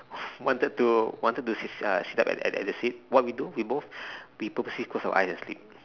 wanted to wanted to sit sit uh sit up at at that seat what we do we both purposely close our eyes and sleep